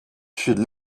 should